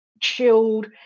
chilled